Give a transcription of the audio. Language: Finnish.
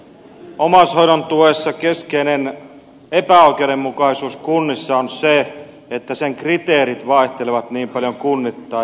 omaishoidon tuessa keskeinen epäoikeudenmukaisuus kunnissa on se että sen kriteerit vaihtelevat niin paljon kunnittain